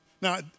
Now